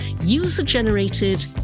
user-generated